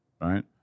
right